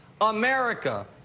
america